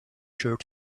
sure